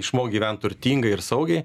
išmokt gyvent turtingai ir saugiai